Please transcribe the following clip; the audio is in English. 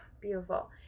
beautiful